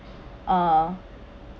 uh